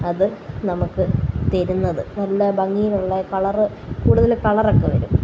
അത് നമുക്ക് തരുന്നത് നല്ല ഭംഗിയുള്ള കളറ് കൂടുതല് കളറൊക്കെ വരും